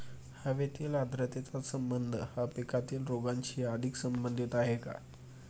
हवेतील आर्द्रतेचा संबंध हा पिकातील रोगांशी अधिक संबंधित आहे का?